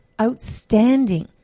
Outstanding